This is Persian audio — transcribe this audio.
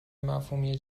مفهومی